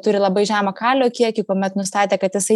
turi labai žemą kalio kiekį kuomet nustatė kad jisai